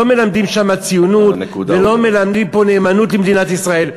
לא מלמדים שם ציונות ולא מלמדים פה נאמנות למדינת ישראל,